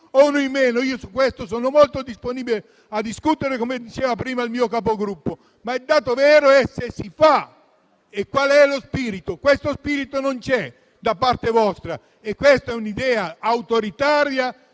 o in meno. Io su questo sono molto disponibile a discutere, come diceva prima il mio Capogruppo. Ma il dato vero è se si fa e qual è lo spirito. Questo spirito non c'è da parte vostra e questa è un'idea autoritaria